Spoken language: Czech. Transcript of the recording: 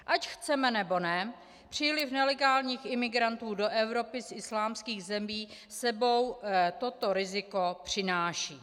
Ať chceme, nebo ne, příliv nelegálních imigrantů do Evropy z islámských zemí s sebou toto riziko přináší.